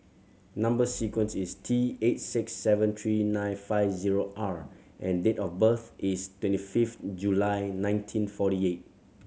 number sequence is T eight six seven three nine five zero R and date of birth is twenty fifth July nineteen forty eight